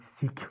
seek